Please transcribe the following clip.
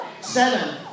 seven